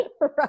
Right